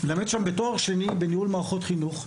מלמד שם בתואר שני בניהול מערכות חינוך,